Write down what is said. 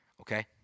Okay